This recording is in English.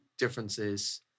Differences